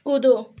कूदो